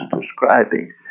describing